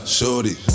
Shorty